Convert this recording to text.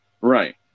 Right